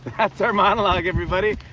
that's our monologue, everybody.